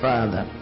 Father